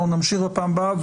אנחנו נמשיך בפעם הבאה.